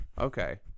Okay